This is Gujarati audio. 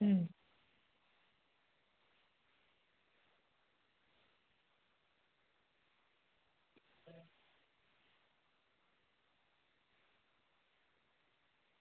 હમ